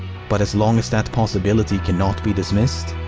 but as long as that possibility can not be dismissed,